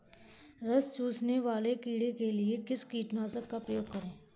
रस चूसने वाले कीड़े के लिए किस कीटनाशक का प्रयोग करें?